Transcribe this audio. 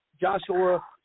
Joshua